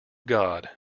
god